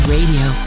Radio